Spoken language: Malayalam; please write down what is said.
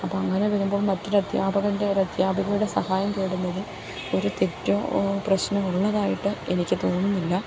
അപ്പം അങ്ങനെ വരുമ്പം മറ്റൊരു അധ്യാപകൻ്റെ ഒരു അധ്യാപികയുടെ സഹായം തേടുന്നത് ഒരു തെറ്റോ പ്രശ്നം ഉള്ളതായിട്ട് എനിക്ക് തോന്നുന്നില്ല